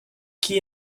qui